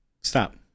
stop